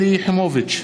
בעד שלי יחימוביץ,